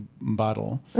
bottle